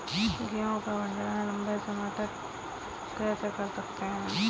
गेहूँ का भण्डारण लंबे समय तक कैसे कर सकते हैं?